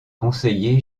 conseiller